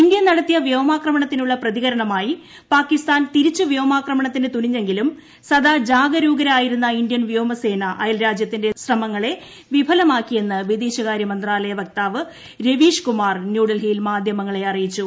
India നടത്തിയ വ്യോമാക്രമണത്തിനുള്ള പ്രതികരണമായി പാകിസ്ഥാൻ തിരിച്ച് വ്യോമാക്രമണത്തിന് തുനിഞ്ഞെങ്കിലും സദാ ജാഗരൂകരായിരുന്ന ഇന്ത്യൻ വ്യോമസേന അയൽ രാജ്യത്തിന്റെ ശ്രമങ്ങളെ വിഫലമാക്കിയെന്ന് വിദേശകാര്യമന്ത്രാലയ വക്താവ് രവീഷ് കുമാർ ന്യൂഡൽഹിയിൽ മാധ്യമങ്ങളെ അറിയിച്ചു